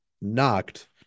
knocked